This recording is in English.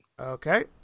Okay